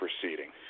proceeding